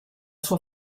sua